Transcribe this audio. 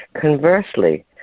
Conversely